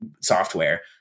software